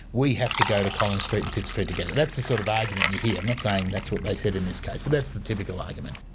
we have to go to collins street and pitt street to get it. that's the sort of argument you hear. i'm not saying that's what they said in this case, but that's the typical argument.